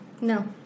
No